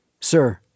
Sir